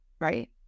right